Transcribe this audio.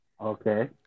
Okay